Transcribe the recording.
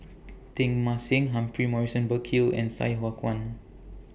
Teng Mah Seng Humphrey Morrison Burkill and Sai Hua Kuan